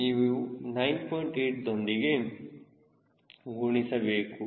8 ರೊಂದಿಗೆ ಗುಣಿಸಬಹುದು